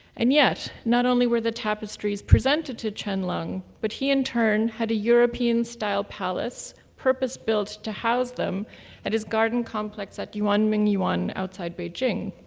and yet not only were the tapestries presented to qianlong, but he in turn had a european style palace purpose built to house them at his garden complex at yuanmingyuan outside beijing.